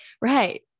Right